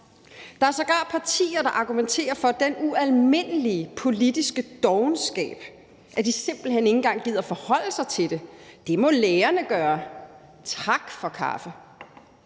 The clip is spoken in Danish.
Der er sågar partier, der argumenterer for den ualmindelige politiske dovenskab, at de simpelt hen ikke engang gider at forholde sig til det. Det må lægerne gøre. Tak for kaffe!